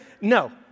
no